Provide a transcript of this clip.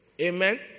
Amen